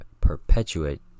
perpetuate